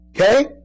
Okay